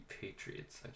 Patriots